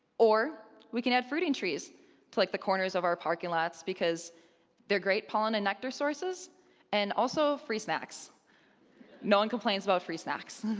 or, we can add fruiting trees to like the corners of our parking lots because they're great pollen and nectar sources and also, free snacks no one complains about free snacks.